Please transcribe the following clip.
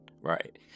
right